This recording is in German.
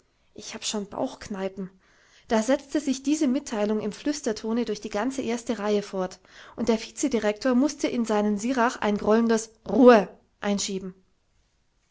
ich hab schon bauchkneipen da setzte sich diese mitteilung im flüstertone durch die ganze erste reihe fort und der vizedirektor mußte in seinen sirach ein grollendes ruhe einschieben